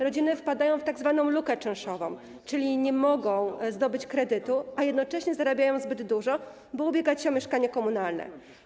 Rodziny wpadają w tzw. lukę czynszową, czyli nie mogą zdobyć kredytu, a jednocześnie zarabiają zbyt dużo, by ubiegać się o mieszkanie komunalne.